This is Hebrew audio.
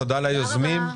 תודה ליוזמים,